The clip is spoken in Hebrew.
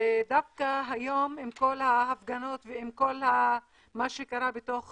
ודווקא היום עם כל ההפגנות ועם כל מה שקרה בתוך